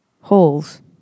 holes